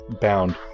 bound